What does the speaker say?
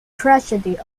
tragedy